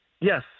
Yes